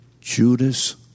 Judas